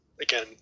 again